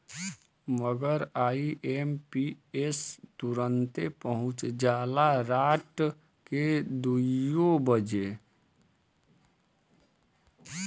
मगर आई.एम.पी.एस तुरन्ते पहुच जाला राट के दुइयो बजे